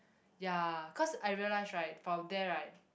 ya cause I realise right from there right